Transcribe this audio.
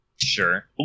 Sure